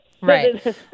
Right